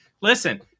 Listen